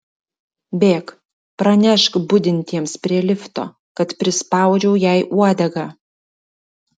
bėk pranešk budintiems prie lifto kad prispaudžiau jai uodegą